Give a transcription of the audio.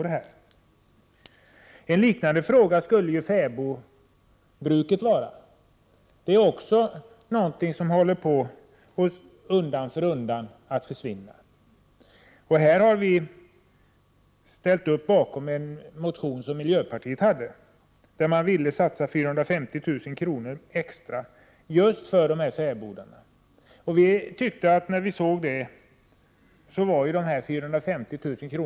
Miljövård En liknande fråga gäller fäbodbruket, som också håller på att försvinna undan för undan. Här har vi i centern ställt oss bakom en motion av miljöpartiet, som vill satsa 450 000 kr. extra just för fäbodarna. När vi såg det tyckte vi att 450 000 kr.